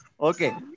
Okay